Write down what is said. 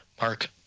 Mark